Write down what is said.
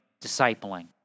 discipling